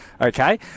okay